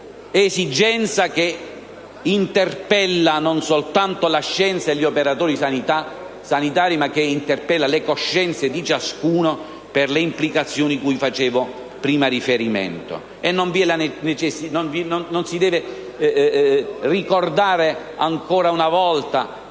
esigenza, che interpella non soltanto la scienza e gli operatori sanitari, ma anche le coscienze di ciascuno per le implicazioni cui ho fatto poc'anzi riferimento.